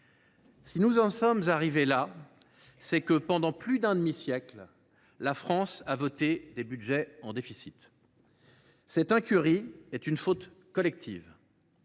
Si nous en sommes arrivés là, c’est que, pendant plus d’un demi siècle, la France a voté des budgets en déficit. Cette incurie est une faute collective,